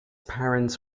parents